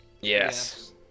Yes